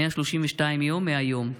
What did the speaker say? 132 יום מהיום.